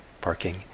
parking